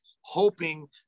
hoping